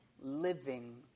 living